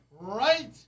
right